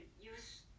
use